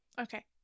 Okay